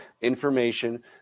information